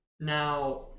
now